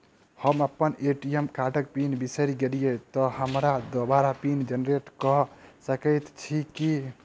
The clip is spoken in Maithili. हम अप्पन ए.टी.एम कार्डक पिन बिसैर गेलियै तऽ हमरा दोबारा पिन जेनरेट कऽ सकैत छी की?